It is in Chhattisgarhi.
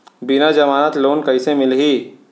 बिना जमानत लोन कइसे मिलही?